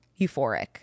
Euphoric